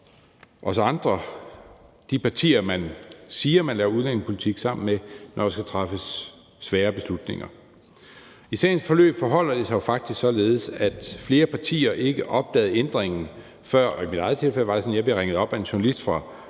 os andre – de partier, som man siger man laver udlændingepolitik sammen med – når der skal træffes svære beslutninger. I sagens forløb forholder det sig jo faktisk således, at flere partier ikke opdagede ændringen før, og i mit eget tilfælde var det sådan, at jeg blev ringet op af en journalist fra